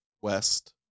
West